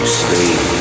sleep